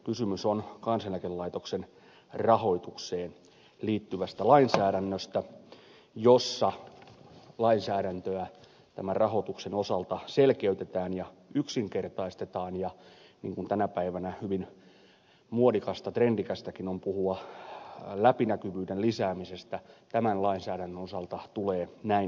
kysymys on kansaneläkelaitoksen rahoitukseen liittyvästä lainsäädännöstä jossa lainsäädäntöä tämän rahoituksen osalta selkeytetään ja yksinkertaistetaan ja niin kuin tänä päivänä hyvin muodikasta trendikästäkin on puhua läpinäkyvyyden lisäämisestä tämän lainsäädännön osalta tulee näin tapahtumaan